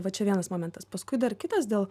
va čia vienas momentas paskui dar kitas dėl